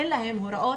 אין להם הוראות,